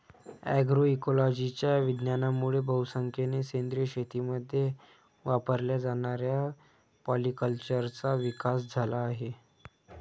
अग्रोइकोलॉजीच्या विज्ञानामुळे बहुसंख्येने सेंद्रिय शेतीमध्ये वापरल्या जाणाऱ्या पॉलीकल्चरचा विकास झाला आहे